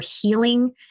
healing